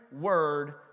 word